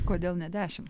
kodėl ne dešimt